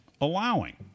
allowing